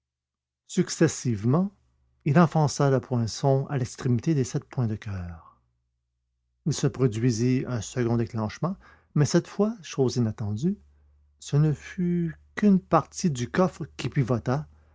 successivement il enfonça le poinçon à l'extrémité des sept points de coeur il se produisit un second déclenchement mais cette fois chose inattendue ce ne fut qu'une partie du coffre qui pivota